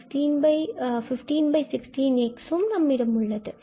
நம்மிடம் 496 1516 Sஉள்ளது